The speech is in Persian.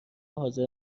حاضر